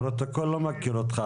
הפרוטוקול לא מכיר אותך.